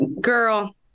Girl